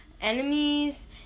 enemies